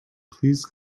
please